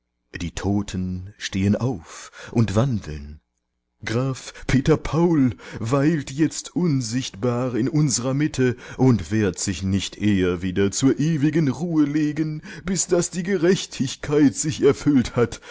die toten stehen auf und wandeln graf peter paul weilt jetzt unsichtbar in unserer mitte und wird sich nicht eher wieder zur ewigen ruhe legen bis daß die gerechtigkeit sich erfüllt hat